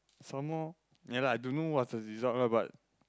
some more ya lah I don't know what's the result lah but